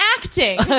acting